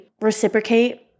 reciprocate